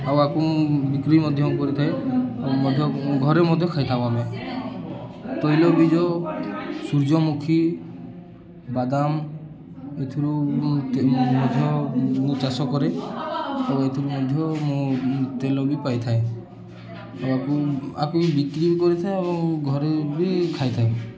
ଆଉ ଆକୁ ମୁଁ ବିକ୍ରି ମଧ୍ୟ କରିଥାଏ ମଧ୍ୟ ଘରେ ମଧ୍ୟ ଖାଇଥାଉ ଆମେ ତୈଲବୀଜ ସୂର୍ଯ୍ୟମୁଖୀ ବାଦାମ ଏଥିରୁ ମଧ୍ୟ ମୁଁ ଚାଷ କରେ ଆଉ ଏଥିରୁ ମଧ୍ୟ ମୁଁ ତେଲ ବି ପାଇଥାଏ ଆଉ ଆକୁ ଆକୁ ବି ବିକ୍ରି ବି କରିଥାଏ ଆଉ ଘରେ ବି ଖାଇଥାଏ